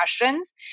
questions